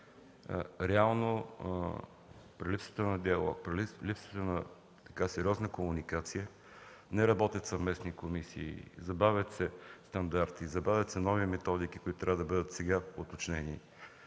Реално при липсата на диалог, при липсата на сериозна комуникация – не работят съвместни комисии, забавят се стандарти, забавят се нови методики, които трябва да бъдат уточнени